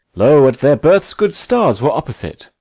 lo, at their births good stars were opposite.